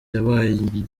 yabaye